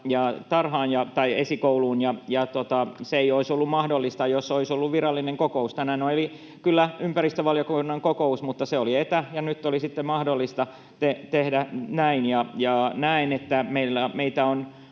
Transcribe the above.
lapseni esikouluun, ja se ei olisi ollut mahdollista, jos olisi ollut virallinen kokous. Tänään oli kyllä ympäristövaliokunnan kokous, mutta se oli etänä, ja nyt oli sitten mahdollista tehdä näin. Näen,